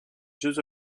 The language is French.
jeux